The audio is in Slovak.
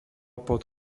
pod